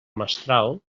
mestral